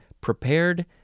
prepared